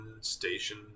Station